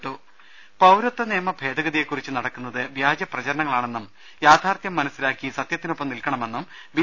രുട്ട്ട്ട്ട്ട്ട്ട്ട്ട്ട പൌരത്വ നിയമ ഭേദഗതിയെക്കുറിച്ച് നടക്കുന്നത് വ്യാജപ്രചരണങ്ങളാ ണെന്നും യാഥാർത്ഥ്യം മനസ്സിലാക്കി സത്യത്തിനൊപ്പം നിൽക്കണമെന്നും ബി